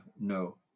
no